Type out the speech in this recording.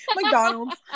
McDonald's